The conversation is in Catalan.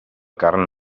carn